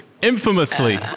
Infamously